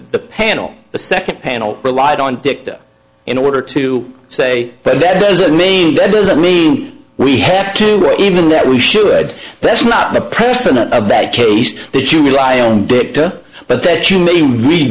the panel the second panel relied on dicta in order to say but that doesn't mean that doesn't mean we have to even that we should that's not the person a bad case that you rely on dicta but that you may